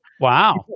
wow